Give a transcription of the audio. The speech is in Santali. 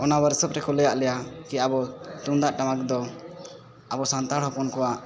ᱚᱱᱟ ᱚᱣᱟᱨᱠᱥᱚᱯ ᱨᱮᱠᱚ ᱞᱟᱹᱭᱟᱫ ᱞᱮᱭᱟ ᱠᱤ ᱟᱵᱚ ᱛᱩᱢᱫᱟᱜ ᱴᱟᱢᱟᱠ ᱫᱚ ᱟᱵᱚ ᱥᱟᱱᱛᱟᱲ ᱦᱚᱯᱚᱱ ᱠᱚᱣᱟᱜ